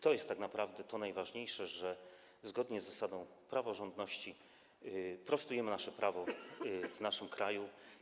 Tak naprawdę to jest najważniejsze, że zgodnie z zasadą praworządności prostujemy nasze prawo w naszym kraju.